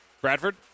Bradford